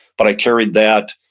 but i carried that.